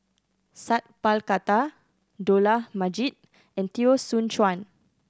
Sat Pal Khattar Dollah Majid and Teo Soon Chuan